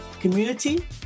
community